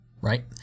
Right